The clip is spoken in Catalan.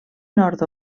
nord